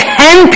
ten